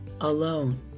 alone